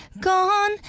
gone